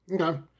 okay